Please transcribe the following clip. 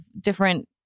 different